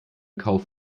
kauf